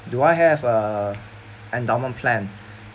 do I have uh endowment plan